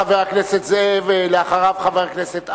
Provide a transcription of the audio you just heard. חבר הכנסת זאב, אחריו, חבר הכנסת עמאר,